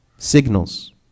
signals